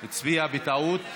בטעות.